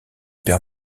père